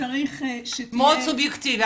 מאוד סובייקטיבי,